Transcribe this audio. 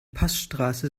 passstraße